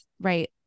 right